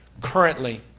Currently